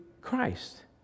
Christ